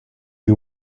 you